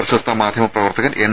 പ്രശസ്ത മാധ്യമ പ്രവർത്തകൻ എൻ